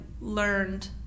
learned